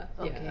okay